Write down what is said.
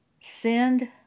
Send